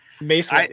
mace